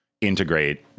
integrate